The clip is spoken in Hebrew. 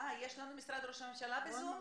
לנו את משרד ראש הממשלה בזום.